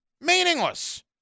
Meaningless